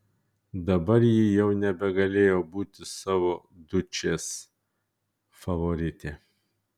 dabar ji jau nebegalėjo būti savo dučės favorite